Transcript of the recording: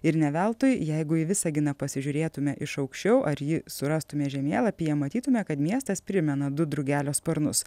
ir ne veltui jeigu į visaginą pasižiūrėtume iš aukščiau ar jį surastume žemėlapyje matytume kad miestas primena du drugelio sparnus